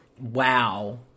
Wow